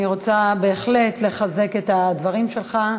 אני רוצה בהחלט לחזק את הדברים שלך,